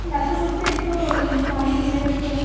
ব্যথা করছে একটু মাড়ি ফুলে গেছে